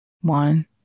One